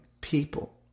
people